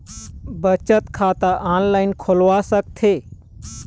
बचत खाता ऑनलाइन खोलवा सकथें?